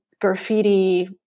graffiti